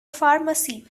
pharmacy